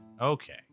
Okay